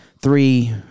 three